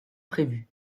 prévu